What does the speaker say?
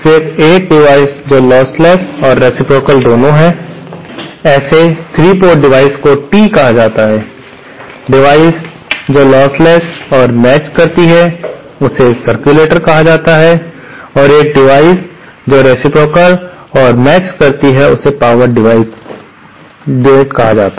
फिर एक डिवाइस जो लॉसलेस और रेसिप्रोकाल दोनों है ऐसे 3 पोर्ट डिवाइस को टी कहा जाता है डिवाइस जो लॉसलेस और मेचड़ करती है उसे एक सर्क्युलेटर कहा जाता है और एक डिवाइस जो रेसिप्रोकाल और मेचड़ करती है उसे पावर डिविडेंड कहा जाता है